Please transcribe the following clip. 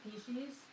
species